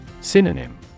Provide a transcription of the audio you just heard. Synonym